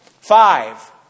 Five